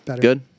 Good